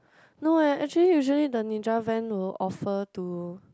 no eh actually usually the Ninja Van will offer to